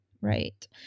right